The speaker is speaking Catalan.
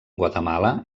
guatemala